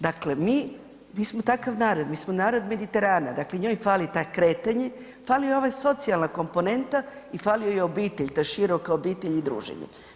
Dakle, mi smo takav narod, mi smo narod Mediterana, dakle njoj fali kretanje, fali joj ova socijalna komponenta i fali joj obitelj, ta široka obitelj i druženje.